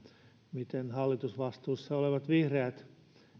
miten hallitusvastuussa olevat vihreät